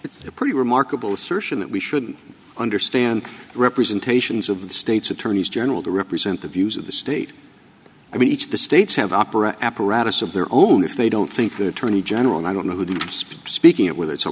it's a pretty remarkable search in that we should understand representations of the state's attorneys general to represent the views of the state i mean each the states have opera apparatus of their own if they don't think the attorney general and i don't know who to speak speaking of whether it's a